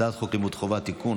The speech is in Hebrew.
הצעת חוק לימוד חובה (תיקון,